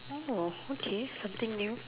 oh okay something new